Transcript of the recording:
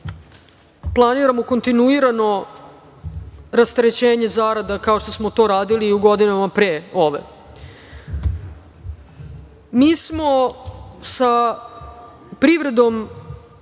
planiramo kontinuirano rasterećenje zarada, kao što smo to radili i u godinama pre ove. Mi smo sa privredom